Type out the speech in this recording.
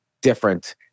different